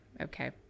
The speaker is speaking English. okay